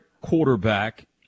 quarterback